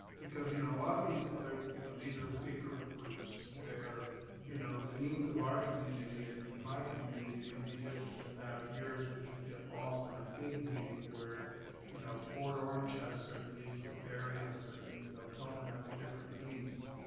because you know a lot of these, you know these are bigger groups where you know the needs of our community and and my community may be different than that of yours, which will get lost in a big meeting where you know port orange has certain needs, debary has certain needs, deltona has different needs.